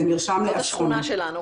זה מרשם לאסון.